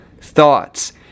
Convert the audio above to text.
Thoughts